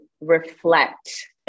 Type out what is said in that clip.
reflect